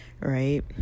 right